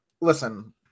Listen